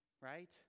right